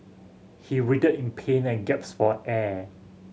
he writhed in pain and for air